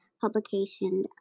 publication